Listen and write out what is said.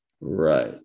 right